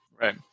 Right